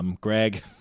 Greg